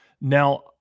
Now